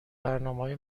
برنامههای